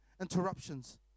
interruptions